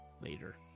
later